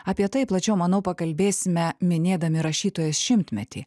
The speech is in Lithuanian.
apie tai plačiau manau pakalbėsime minėdami rašytojos šimtmetį